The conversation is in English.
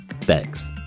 Thanks